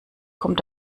kommt